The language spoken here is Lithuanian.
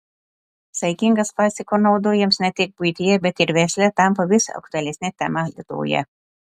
saikingas plastiko naudojimas ne tik buityje bet ir versle tampa vis aktualesne tema lietuvoje